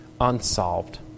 unsolved